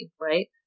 right